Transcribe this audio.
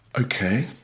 Okay